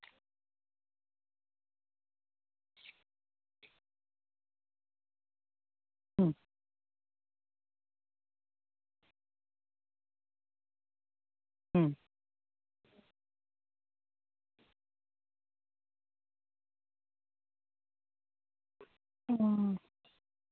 ᱦᱩᱸ ᱦᱩᱸ ᱦᱩᱸ